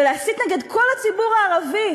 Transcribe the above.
ולהסית נגד כל הציבור הערבי,